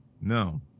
no